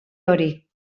hori